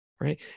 Right